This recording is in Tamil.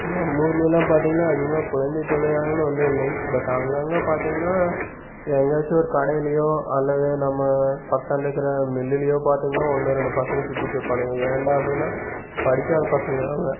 நம்மூர்லேலலாம் பார்த்திங்கன்னா அதிகமாக குழந்தை தொழிலாளர்கள்ன்னு ஒன்று இல்லைங்க பட் அங்கங்கே பார்த்திங்கன்னா எங்கேயாச்சும் ஒரு கடையிலேயோ அல்லது நம்ம பக்கத்தாண்ட இருக்கிற மில்லுலேயோ பார்த்திங்கன்னா ஒன்று ரெண்டு பசங்க சுற்றிட்டு இருப்பானுங்க ஏன்டா அப்படின்னா படிக்காத பசங்க அவங்க